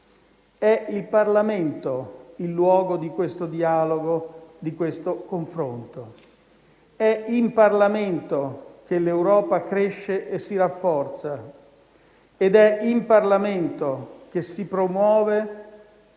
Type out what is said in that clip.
È il Parlamento il luogo di questo dialogo, di questo confronto; è in Parlamento che l'Europa cresce e si rafforza ed è in Parlamento che si promuove